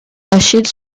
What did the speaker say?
achille